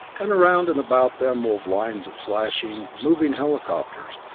and around and about them wove lines of flashing, moving helicopters,